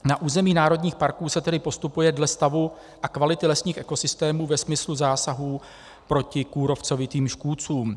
Na území národních parků se tedy postupuje dle stavu a kvality lesních ekosystémů ve smyslu zásahů proti kůrovcovitým škůdcům.